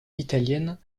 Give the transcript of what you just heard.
italienne